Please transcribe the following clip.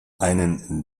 einen